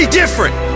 different